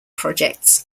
projects